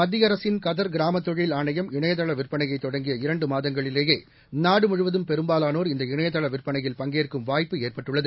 மத்திய அரசின் கதர் கிராம தொழில் ஆணையம் இணையதள விற்பனையை தொடங்கிய இரண்டு மாதங்களிலேயே நாடுமுழுவதும் பெரும்பாலானோர் இந்த இணையதள விற்பனையில் பங்கேற்கும் வாய்ப்பு ஏற்பட்டுள்ளது